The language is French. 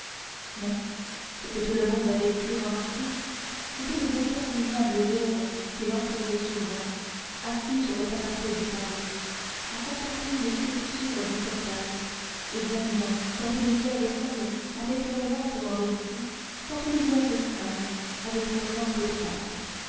mais ce que tout le monde avait pu remarquer c'étaient les interminables heures qu'il employait souvent assis sur le parapet du parvis à contempler les sculptures du portail examinant tantôt les vierges folles avec leurs lampes renversées tantôt les vierges sages avec leurs lampes droites